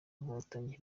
inkotanyi